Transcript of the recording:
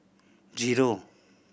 zero